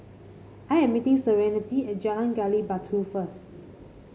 I am meeting Serenity at Jalan Gali Batu first